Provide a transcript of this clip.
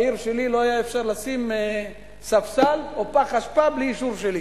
בעיר שלי לא היה אפשר לשים ספסל או פח אשפה בלי אישור שלי